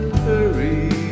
hurry